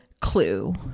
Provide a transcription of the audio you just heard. clue